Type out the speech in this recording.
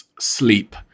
sleep